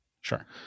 Sure